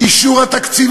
"אישור התקציב,